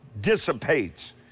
dissipates